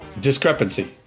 discrepancy